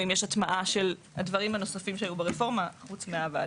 והאם יש הטמעה של הדברים הנוספים שהיו ברפורמה חוץ מהוועדה.